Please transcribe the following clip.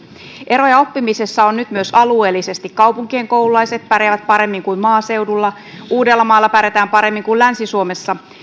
eroja oppimisessa on nyt myös alueellisesti kaupunkien koululaiset pärjäävät paremmin kuin maaseudun uudellamaalla pärjätään paremmin kuin länsi suomessa